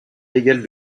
légale